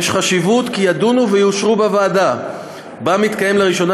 יש חשיבות כי הן יידונו ויאושרו בוועדה שבה מתקיים לראשונה